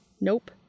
Nope